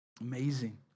Amazing